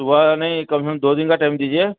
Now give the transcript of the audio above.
صبح نہیں کم سے کم دو دن کا ٹائم دیجیے